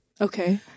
okay